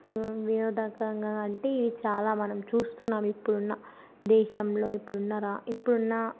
వినోదకంగా అంటే ఇవి చాలా మనం చూస్తున్నాం ఇప్పుడున్న దేశంలో ఇప్పుడున్న రా ఇప్పుడున్న